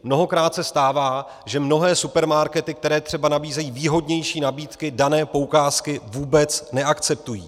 Mnohokrát se stává, že mnohé supermarkety, které třeba nabízejí výhodnější nabídky, dané poukázky vůbec neakceptují.